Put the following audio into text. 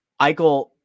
Eichel